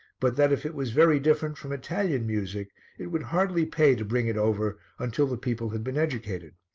but that if it was very different from italian music it would hardly pay to bring it over until the people had been educated.